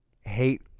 hate